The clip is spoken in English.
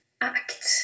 act